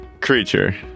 creature